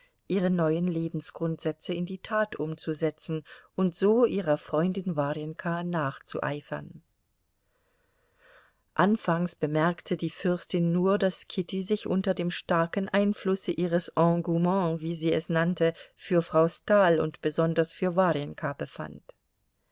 ihre neuen lebensgrundsätze in die tat umzusetzen und so ihrer freundin warjenka nachzueifern anfangs bemerkte die fürstin nur daß kitty sich unter dem starken einflusse ihres engouement wie sie es nannte für frau stahl und besonders für warjenka befand